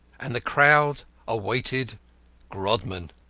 and the crowd awaited grodman.